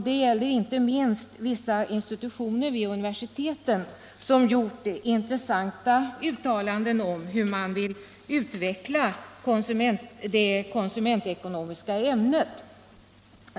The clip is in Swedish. Det gäller inte minst vissa institutioner vid universiteten, som gjort intressanta uttalanden om hur man vill utveckla det konsumentekonomiska ämnet.